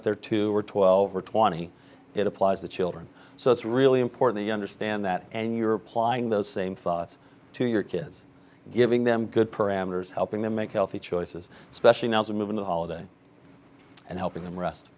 if they're two or twelve or twenty it applies to children so it's really important you understand that and you're applying those same thoughts to your kids giving them good parameters helping them make healthy choices especially now when moving the holiday and helping them rest